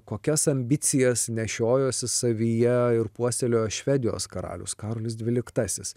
kokias ambicijas nešiojosi savyje ir puoselėjo švedijos karalius karolis dvyliktasis